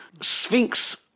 Sphinx